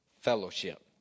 fellowship